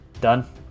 Done